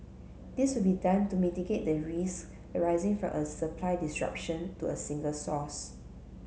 this will be done to mitigate the risk arising from a supply disruption to a single source